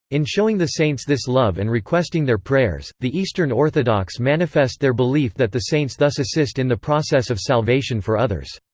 in showing the saints this love and requesting their prayers, the eastern orthodox manifest their belief that the saints thus assist in the process of salvation for others.